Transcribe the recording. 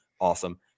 awesome